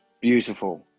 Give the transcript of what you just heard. beautiful